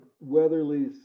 Weatherly's